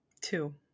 Two